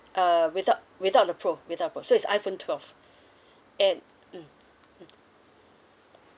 uh without without the pro without the pro so it's iphone twelve and mm hmm